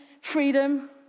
freedom